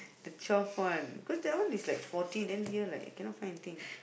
the twelve one cause that one is like fourteen then here like cannot find anything